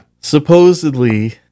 Supposedly